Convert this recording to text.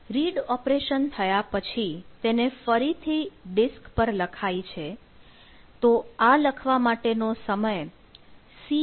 read operation થયા પછી તેને ફરીથી ડિસ્ક પર લખાય છે તો આ લખવા માટે નો સમય cσDPછે